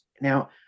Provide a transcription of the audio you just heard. Now